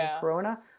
corona